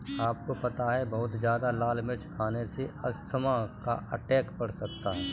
आपको पता है बहुत ज्यादा लाल मिर्च खाने से अस्थमा का अटैक पड़ सकता है?